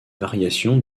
variations